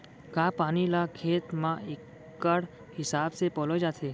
का पानी ला खेत म इक्कड़ हिसाब से पलोय जाथे?